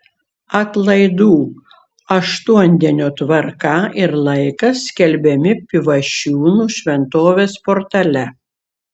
atlaidų aštuondienio tvarka ir laikas skelbiami pivašiūnų šventovės portale